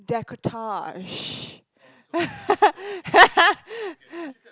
my decolletage